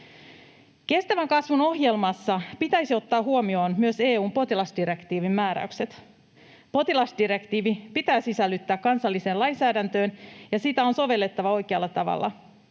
Kestävän kasvun ohjelmassa pitäisi ottaa huomioon myös EU:n potilasdirektiivin määräykset. Potilasdirektiivi pitää sisällyttää kansalliseen lainsäädäntöön, ja sitä on sovellettava oikealla tavalla.